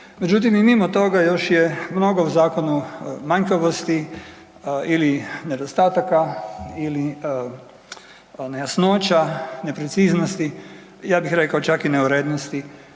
Međutim, i mimo toga još je mnogo u zakonu manjkavosti ili nedostataka ili nejasnoća, nepreciznosti, ja bih rekao čak i neurednosti